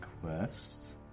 quest